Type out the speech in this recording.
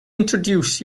introduce